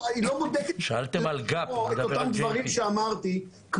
בודקת את אותם דברים שאמרתי,